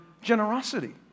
generosity